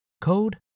code